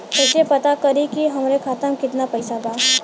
कइसे पता करि कि हमरे खाता मे कितना पैसा बा?